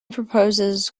proposes